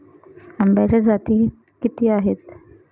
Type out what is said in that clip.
आंब्याच्या जाती किती आहेत?